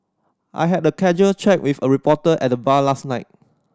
I had a casual chat with a reporter at the bar last night